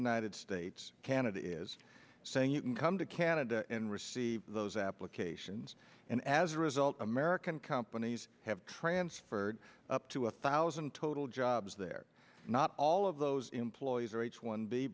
united states canada is saying you can come to canada and receive those applications and as a result american companies have transferred up to a thousand total jobs there not all of those employees are h one b